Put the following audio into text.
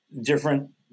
Different